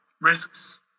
risks